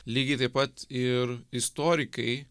lygiai taip pat ir istorikai